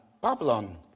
Babylon